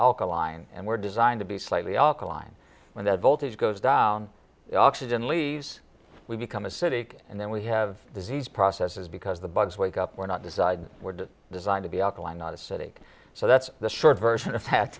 alkaline and were designed to be slightly alkaline when the voltage goes down oxygen leaves we become acidic and then we have disease processes because the bugs wake up were not the side would design to be alkaline not a city so that's the short version of ha